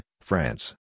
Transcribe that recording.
France